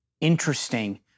interesting